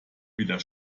wieder